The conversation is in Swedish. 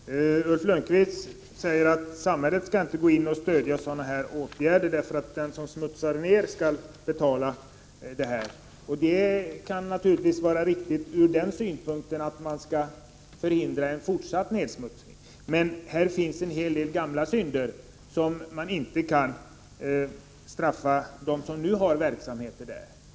Fru talman! Ulf Lönnqvist säger att samhället inte skall gå in med ekonomiskt stöd, utan det är de som smutsar ner som skall betala skadorna. Det kan naturligtvis vara riktigt ur den synpunkten att man på det sättet kan förhindra en fortsatt nedsmutsning. Men det finns här en hel del gamla synder, och man kan inte straffa dem som nu har verksamheter inom området för dessa.